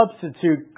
substitute